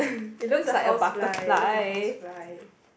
this is a housefly this is a housefly